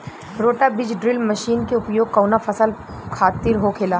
रोटा बिज drill machine के उपयोग कऊना फसल खातिर होखेला?